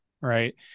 Right